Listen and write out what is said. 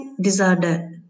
disorder